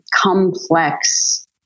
complex